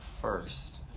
First